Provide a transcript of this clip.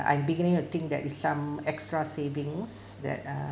I'm beginning to think that is some extra savings that uh